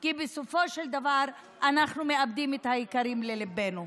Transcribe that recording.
כי בסופו של דבר אנחנו מאבדים את היקרים לליבנו.